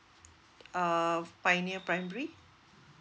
uh pioneer primary